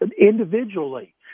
individually